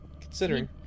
considering